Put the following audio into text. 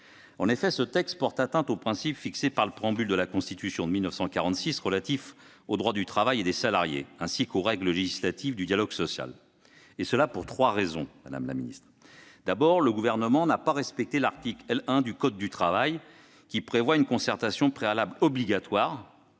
En effet, ce texte porte atteinte aux principes fixés dans le préambule de la Constitution de 1946 relatifs au droit du travail et des salariés, ainsi qu'aux règles législatives du dialogue social, et ce pour trois raisons, madame la ministre. D'abord, le Gouvernement n'a pas respecté l'article L. 1 du code du travail, qui prévoit une concertation préalable obligatoire